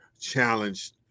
challenged